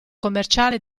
commerciale